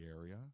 area